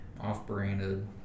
Off-branded